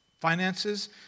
finances